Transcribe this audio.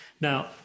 Now